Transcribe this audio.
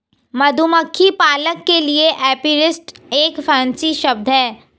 मधुमक्खी पालक के लिए एपीरिस्ट एक फैंसी शब्द है